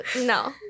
no